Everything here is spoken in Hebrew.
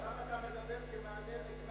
עכשיו אתה מדבר כמענה למה שאמר קדאפי?